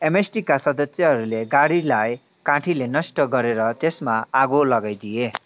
एमएसटीका सदस्यहरूले गाडीलाई काठीले नष्ट गरेर त्यसमा आगो लगाइदिए